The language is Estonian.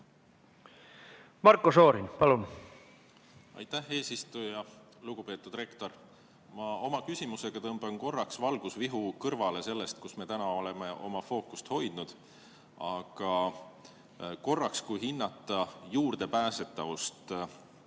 Marko Šorin, palun!